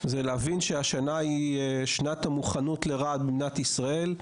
להבין שהשנה היא שנת המוכנות לרעד במדינת ישראל,